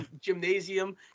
gymnasium